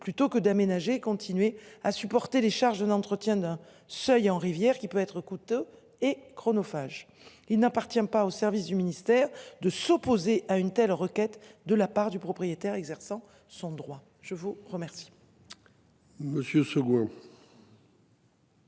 plutôt que d'aménager continuer à supporter les charges d'entretien d'un seuil en rivière qui peut être coûteux et chronophage. Il n'appartient pas au service du ministère de s'opposer à une telle requête de la part du propriétaire exerçant son droit je vous remercie.